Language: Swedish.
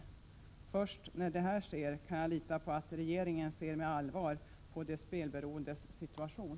Först när detta sker kan jag lita på att regeringen ser med allvar på de spelberoendes situation.